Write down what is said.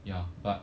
ya but